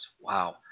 Wow